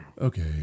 Okay